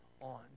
on